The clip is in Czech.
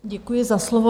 Děkuji za slovo.